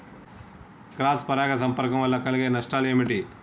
Cross పరాగ సంపర్కం వల్ల కలిగే నష్టాలు ఏమిటి?